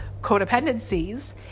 codependencies